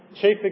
chief